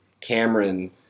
Cameron